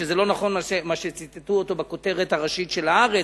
שזה לא נכון מה שציטטו אותו בכותרת הראשית של "הארץ",